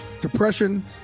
depression